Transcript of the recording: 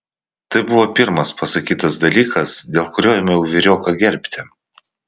tai buvo pirmas pasakytas dalykas dėl kurio ėmiau vyrioką gerbti